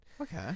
Okay